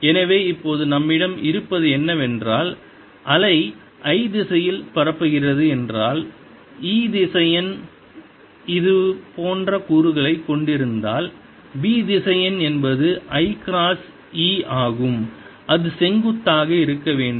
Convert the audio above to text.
எனவே இப்போது நம்மிடம் இருப்பது என்னவென்றால் அலை i திசையில் பரப்புகிறது என்றால் E திசையன் இது போன்ற கூறுகளைக் கொண்டிருந்தால் B திசையன் என்பது i கிராஸ் E ஆகும் அது செங்குத்தாக இருக்க வேண்டும்